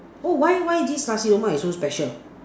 oh why why this Nasi-Lemak is so special